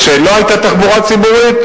זה שלא היתה תחבורה ציבורית,